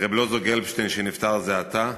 רב אלעזר גלבשטיין, שנפטר זה עתה,